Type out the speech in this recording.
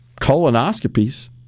colonoscopies